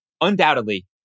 undoubtedly